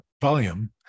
volume